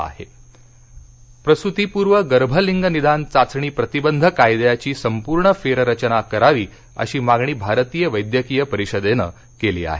IMA प्रसूतिपूर्व गर्भलिंग निदान चाचणी प्रतिबंध कायद्याची संपूर्ण फेररचना करावी अशी मागणी भारतीय वैद्यकिय परिषदेनं केली आहे